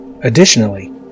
Additionally